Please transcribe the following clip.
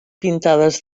pintades